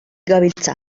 gabiltza